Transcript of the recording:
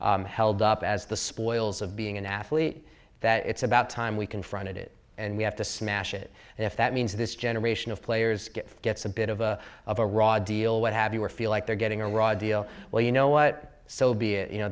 often held up as the spoils of being an athlete that it's about time we confronted it and we have to smash it and if that means this generation of players gets a bit of a of a raw deal what have you or feel like they're getting a raw deal well you know what so be it you know